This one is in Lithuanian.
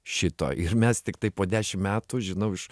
šito ir mes tiktai po dešim metų žinau iš